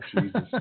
Jesus